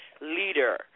leader